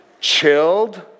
chilled